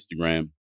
Instagram